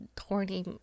horny